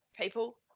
people